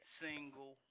single